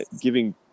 giving